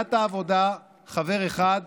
מסיעת העבודה חבר אחד,